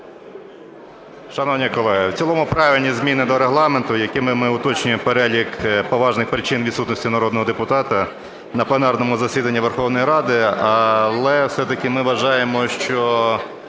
Шановні колеги, в цілому правильні зміни до Регламенту, якими ми уточнюємо перелік поважних причин відсутності народного депутата на пленарному засіданні Верховної Ради. Але все-таки ми вважаємо, що